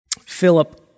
Philip